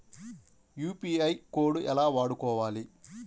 UPI code ఎలా వాడుకోవాలి?